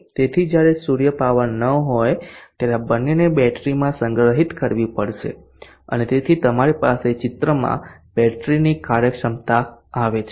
તેથી જ્યારે સૂર્ય પાવર ન હોય ત્યારે આ બંનેને બેટરીમાં સંગ્રહિત કરવી પડશે અને તેથી તમારી પાસે ચિત્રમાં બેટરીની કાર્યક્ષમતા આવે છે